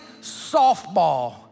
softball